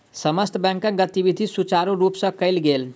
समस्त बैंकक गतिविधि सुचारु रूप सँ कयल गेल